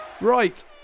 Right